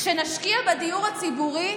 כשנשקיע בדיור הציבורי,